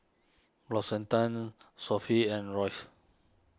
L'Occitane Sofy and Royce